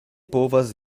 povas